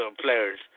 players